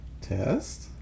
test